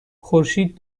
خورشید